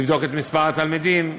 לבדוק את מספר התלמידים.